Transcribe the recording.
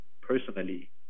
personally